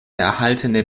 erhaltene